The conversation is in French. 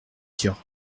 sûr